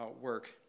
work